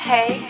Hey